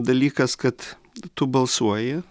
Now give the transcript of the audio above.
dalykas kad tu balsuoji